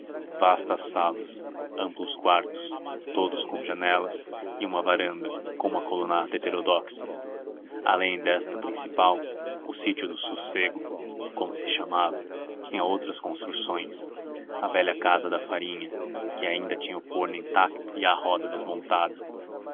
vastas salas amplos quartos todos com janelas e uma varanda com uma colunata heterodoxa além desta principal o sítio do sossego como se chamava tinha outras construções a velha casa da farinha que ainda tinha o forno intacto e a roda desmontada